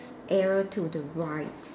arrow to the right